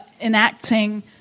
enacting